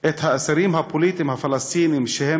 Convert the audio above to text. את האסירים הפוליטיים הפלסטינים שהם